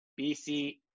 BC